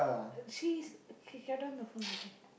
she's down the phone